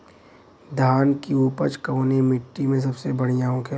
धान की उपज कवने मिट्टी में सबसे बढ़ियां होखेला?